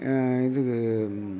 இதுக்கு